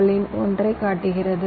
களில் ஒன்றைக் காட்டுகிறது